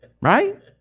Right